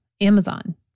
Amazon